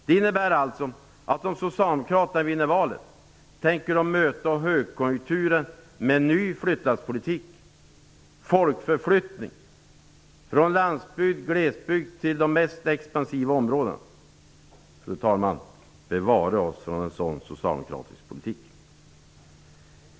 Det innebär alltså att Socialdemokraterna, om de vinner valet, tänker möta högkonjunkturen med ny flyttlasspolitik -- folkförflyttning från landsbygd och glesbygd. Fru talman! Bevare oss från en sådan socialdemokratisk politik!